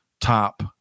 top